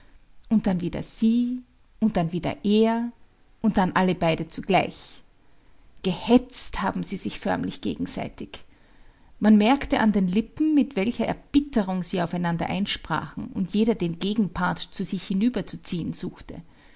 und dann wieder sie und dann wieder er und dann alle beide zugleich gehetzt haben sie sich förmlich gegenseitig man merkte an den lippen mit welcher erbitterung sie aufeinander einsprachen und jeder den gegenpart zu sich hinüberzuziehen suchte